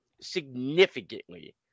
significantly